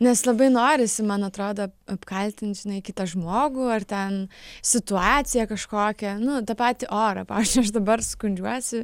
nes labai norisi man atrodo apkaltint žinai kitą žmogų ar ten situaciją kažkokią nu tą patį orą pavyzdžiui aš dabar skundžiuosi